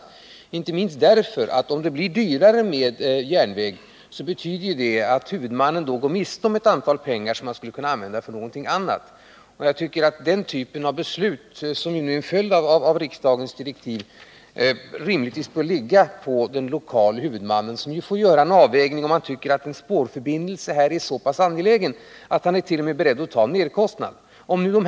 Det gäller inte minst med tanke på att huvudmannen, om järnvägsalternativet blir dyrare, går miste om medel som denne då skulle kunna använda till någonting annat. Jag tycker att den typ av beslut som är en följd av riksdagsdirektiv rimligtvis bör fattas av den lokale huvudmannen, som får göra en avvägning av om en spårförbindelse är så angelägen att man är beredd att ta på sig en merkostnad för den.